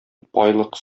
байлык